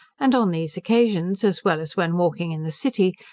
and on these occasions, as well as when walking in the city,